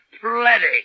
Plenty